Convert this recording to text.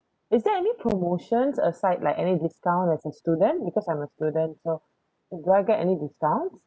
is there any promotions aside like anything discount as a student because I'm a student so do I get any discounts